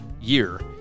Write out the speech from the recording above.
year